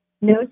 No